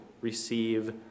receive